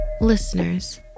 Listeners